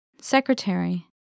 secretary